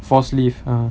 force leave ah